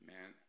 Man